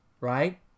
right